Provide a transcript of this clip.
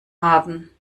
haben